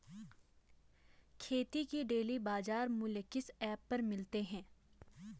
खेती के डेली बाज़ार मूल्य किस ऐप पर मिलते हैं?